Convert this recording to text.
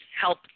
help